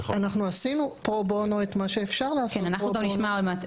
אנחנו עשינו פרו בונו את מה שאפשר לעשות פרו בונו.